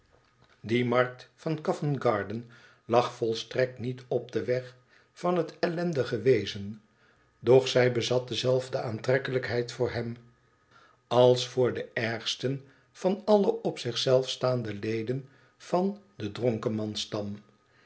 die markt van covent garden lag volstrekt niet op den weg van het ellendige wezen doch zij bezat dezelfde aantrekkelijkheid voor hem als voor den ergsten van alle op zich zelf staande leden van den